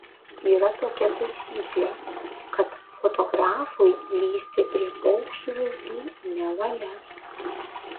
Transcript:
yra tokia taisyklė kad fotografui lįsti prie paukščių lizdų nevalia